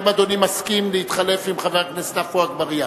האם אדוני מסכים להתחלף עם חבר הכנסת עפו אגבאריה,